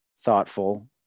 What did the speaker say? thoughtful